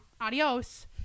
adios